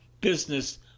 business